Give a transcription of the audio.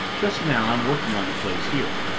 just now i'm working on the place here.